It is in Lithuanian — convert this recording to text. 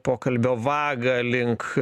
pokalbio vagą link